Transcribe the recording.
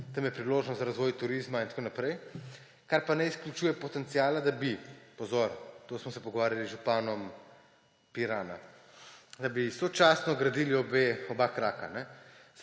tam je priložnost za razvoj turizma in tako naprej. Kar pa ne izključuje potenciala, da bi – pozor, to smo se pogovarjali z županom Pirana – sočasno gradili oba kraka,